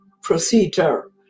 procedure